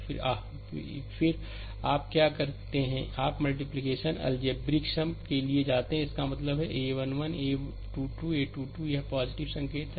फिर आह फिर आप क्या करते हैं कि आप मल्टीप्लिकेशन अलजेब्रिक सम के लिए जाते हैं इसका मतलब यह है किa 1 1 a 2 2 a 2 2 यह संकेत है